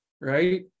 Right